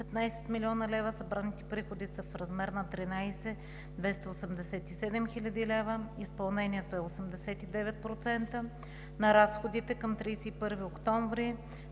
събраните приходи са в размер на 13 287 хил. лв., а изпълнението е 89%. На разходите към 31 октомври